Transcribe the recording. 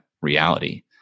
reality